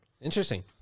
interesting